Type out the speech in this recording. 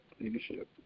leadership